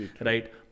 right